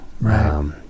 Right